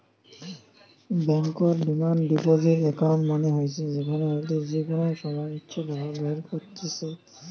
বেঙ্কর demand deposit account মানে হইসে যেখান হইতে যে কোনো সময় ইচ্ছে টাকা বের কত্তিছে